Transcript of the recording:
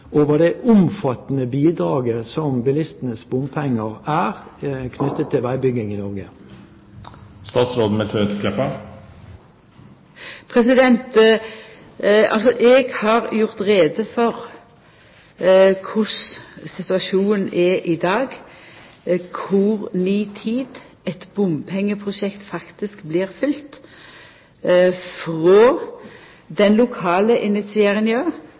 det omfattende bidraget som bilistenes bompenger utgjør, knyttet til veibygging i Norge. Eg har gjort greie for korleis situasjonen er i dag, kor nitid eit bompengeprosjekt faktisk blir følgt, frå den lokale